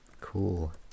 cool